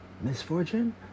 Misfortune